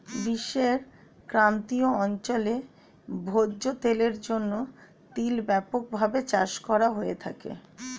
বিশ্বের ক্রান্তীয় অঞ্চলে ভোজ্য তেলের জন্য তিল ব্যাপকভাবে চাষ করা হয়ে থাকে